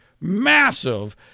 massive